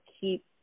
keep